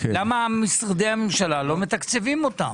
למה משרדי הממשלה לא מתקצבים אותם?